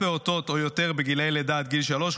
פעוטות או יותר בגילי לידה עד שלוש,